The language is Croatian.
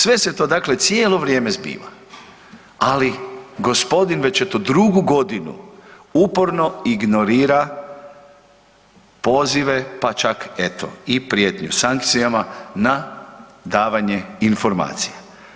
Sve se to dakle cijelo vrijeme zbiva, ali gospodin već eto drugu godinu uporno ignorira pozive pa čak eto i prijetnju sankcijama na davanje informacija.